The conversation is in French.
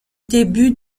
début